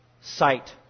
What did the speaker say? sight